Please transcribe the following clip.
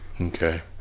Okay